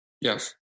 Yes